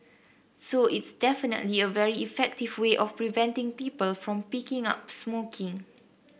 so it's definitely a very effective way of preventing people from picking up smoking